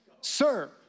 Sir